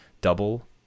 double